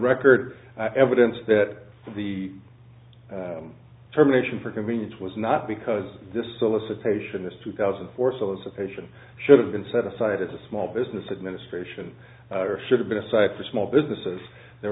record evidence that the terminations for convenience was not because this solicitation is two thousand or so as a patient should have been set aside as a small business administration or should have been a site for small businesses there